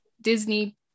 Disney